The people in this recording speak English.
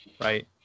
Right